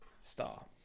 star